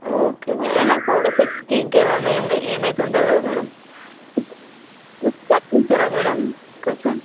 okay madam ఏమైనా side ఎఫెక్ట్స్కి ఇంకేమైనా ఏమై ఏమైతే ఉండదు కదా మేడం ఒక్కసారి చూస్తారా మేడం కొంచెం